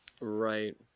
Right